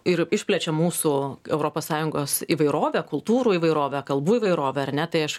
ir išplečia mūsų europos sąjungos įvairovę kultūrų įvairovę kalbų įvairovę ar ne tai aš